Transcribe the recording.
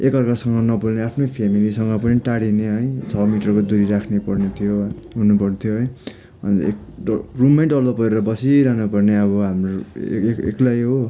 एकाअर्कासँग नबोल्ने आफ्नै फ्यामिलीसँग पनि टाढिने है छ मिटर दुरी राख्नैपर्ने थियो हुनुपर्थ्यो है अन्त एक ड रुममै डल्लो परेर बसिरहनु पर्ने अब हाम्रो एक एक्लै हो